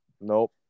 Nope